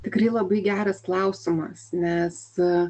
tikrai labai geras klausimas nes